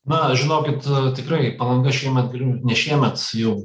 na žinokit tikrai palanga šiemet ne šiemet jau